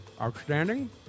outstanding